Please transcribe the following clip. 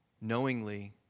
knowingly